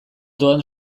doan